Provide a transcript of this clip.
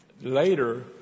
later